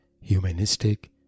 humanistic